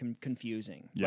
confusing